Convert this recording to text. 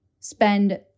Spend